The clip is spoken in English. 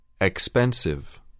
Expensive